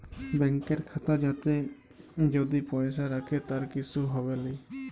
ব্যাংকের খাতা যাতে যদি পয়সা রাখে তার কিসু হবেলি